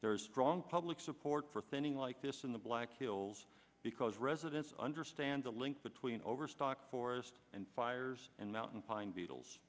there's wrong public support for planning like this in the black hills because residents understand the link between overstocked forest and fires and mountain pine beetles